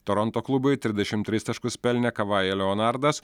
toronto klubui trisdešimt tris taškus pelnė kavaje leonardas